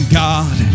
god